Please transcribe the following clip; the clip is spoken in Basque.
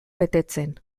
betetzen